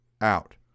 out